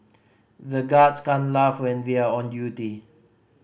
the guards can't laugh when they are on duty